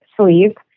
sleep